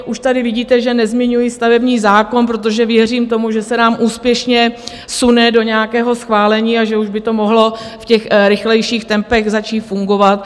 Už tady vidíte, že nezmiňuji stavební zákon, protože věřím tomu, že se nám úspěšně sune do nějakého schválení a že už by to mohlo v těch rychlejších tempech začít fungovat.